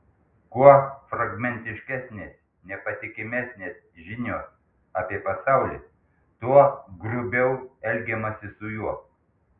kuo fragmentiškesnės nepatikimesnės žinios apie pasaulį tuo grubiau elgiamasi su juo